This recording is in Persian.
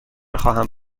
خواهم